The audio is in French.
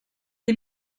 les